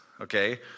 Okay